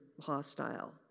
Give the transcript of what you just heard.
hostile